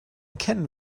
kennen